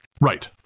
Right